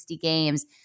games